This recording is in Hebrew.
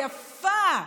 היפה,